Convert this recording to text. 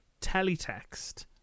Teletext